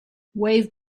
wave